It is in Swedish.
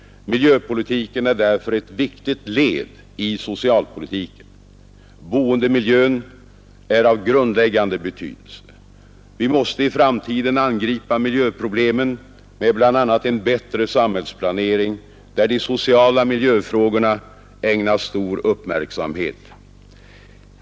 Miljöpolitiken är därför ett viktigt led i socialpolitiken. Boendemiljön är av grundläggande betydelse. Vi måste i framtiden angripa miljöproblemen med bl.a. en bättre samhällsplanering där de sociala miljöfrågorna ägnas stor uppmärksamhet.